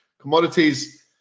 commodities